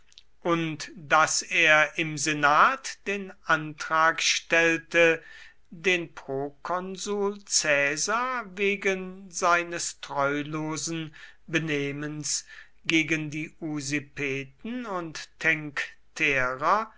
und daß er im senat den antrag stellte den prokonsul caesar wegen seines treulosen benehmens gegen die usipeten und tencterer